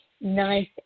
nice